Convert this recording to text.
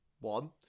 One